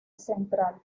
central